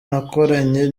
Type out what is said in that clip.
nakoranye